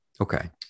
okay